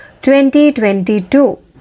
2022